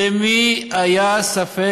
למי היה ספק,